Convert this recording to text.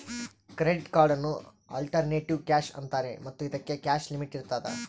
credit ಕಾರ್ಡನ್ನು alternative cash ಅಂತಾರೆ ಮತ್ತು ಇದಕ್ಕೆ ಕ್ಯಾಶ್ ಲಿಮಿಟ್ ಇರ್ತದ